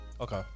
Okay